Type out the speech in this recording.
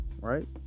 right